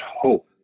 hope